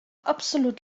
absolut